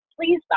please